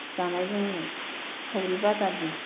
जानाय लोंनाय सावरि बादालि